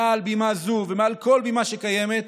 מעל בימה זו ומעל כל בימה שקיימת,